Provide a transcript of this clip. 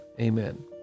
amen